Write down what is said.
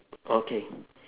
okay